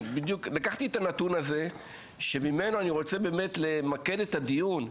לקחתי את הנתון הזה שממנו אני רוצה באמת למקד את הדיון,